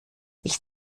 ich